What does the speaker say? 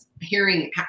hearing